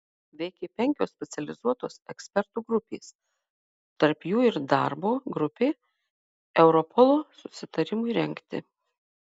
veikė penkios specializuotos ekspertų grupės tarp jų ir darbo grupė europolo susitarimui rengti